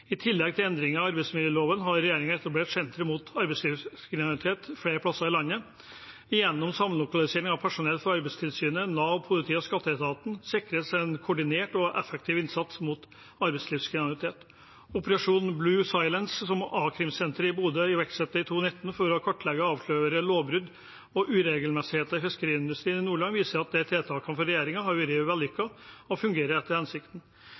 I tillegg til endringer i arbeidsmiljøloven har regjeringen etablert sentre mot arbeidslivskriminalitet flere steder i landet. Gjennom samlokalisering av personell for Arbeidstilsynet, Nav, politi og skatteetaten sikres en koordinert og effektiv innsats mot arbeidslivskriminalitet. Operasjon «Blue Silence» som a-krimsenteret i Bodø iverksatte i 2019 for å kartlegge og avsløre lovbrudd og uregelmessigheter i fiskeriindustrien i Nordland, viser at de tiltakene fra regjeringen har vært vellykkede og fungerer etter hensikten.